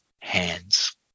hands